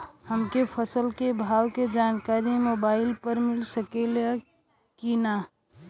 हमके फसल के भाव के जानकारी मोबाइल पर मिल सकेला की ना?